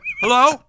Hello